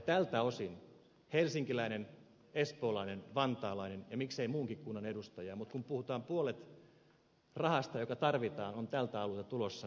tältä osin helsinkiläinen espoolainen vantaalainen ja miksei muunkin kunnan edustaja mutta kun puhutaan että puolet rahasta joka tarvitaan on tältä alueelta tulossa